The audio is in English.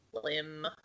slim